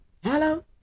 Hello